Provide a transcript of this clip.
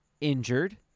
injured